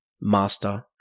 master